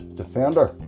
defender